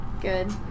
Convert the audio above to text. Good